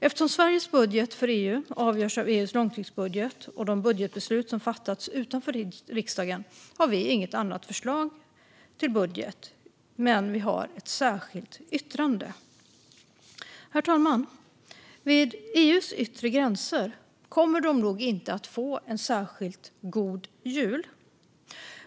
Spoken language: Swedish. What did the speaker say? Eftersom Sveriges budget för EU avgörs av EU:s långtidsbudget och de budgetbeslut som fattats utanför riksdagen har vi inget annat förslag till budget, men vi har ett särskilt yttrande. Herr talman! Vid EU:s yttre gränser kommer man nog inte att få en särskilt god jul.